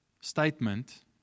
statement